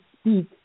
speak